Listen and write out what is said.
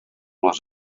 les